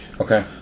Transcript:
Okay